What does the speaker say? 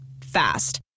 Fast